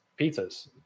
pizzas